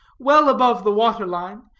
well above the waterline,